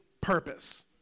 purpose